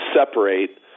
separate